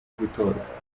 gutorwa